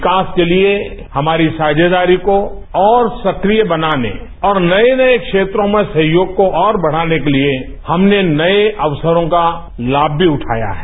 विकास के लिए हमारी साझेदारी को और सक्रिय बनाने और नए नए क्षेत्रों में सहयोग को और बढ़ाने के लिए हमने नए अवसरों का लाभ भी उठाया है